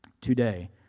today